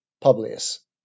Publius